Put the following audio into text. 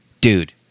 dude